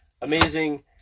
amazing